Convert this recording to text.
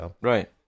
right